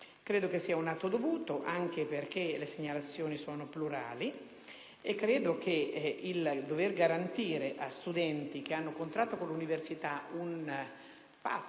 Credo sia un atto dovuto, anche perché le segnalazioni sono plurali e credo che il dover garantire a studenti che hanno contratto con l'università un patto